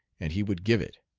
and he would give it.